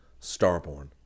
Starborn